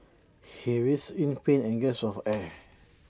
he writhed in pain and gasped for air